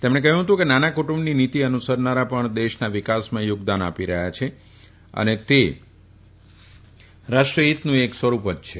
તેમણે કહ્યું હતું કે નાના કુટુંબની નીતિ અનુસરનારા પણ દેશના વિકાસમાં થોગદાન આપી રહ્યા છે અને તે રાષ્ટ્રપતિનું જ એક સ્વરૂપ છે